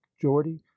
geordie